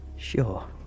sure